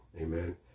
Amen